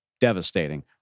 devastating